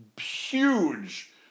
huge